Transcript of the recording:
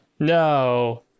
no